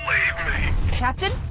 Captain